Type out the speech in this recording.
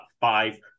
five